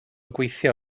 gweithio